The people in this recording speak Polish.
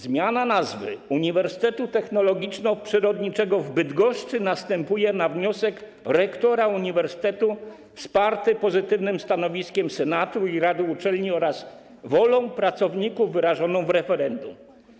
Zmiana nazwy Uniwersytetu Technologiczno-Przyrodniczego w Bydgoszczy następuje na wniosek rektora uniwersytetu wsparty pozytywnym stanowiskiem senatu i rady uczelni oraz wolą pracowników wyrażoną w referendum.